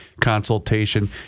consultation